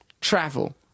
travel